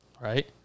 right